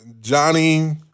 Johnny